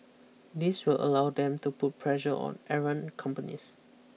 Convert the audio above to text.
this will allow them to put pressure on errant companies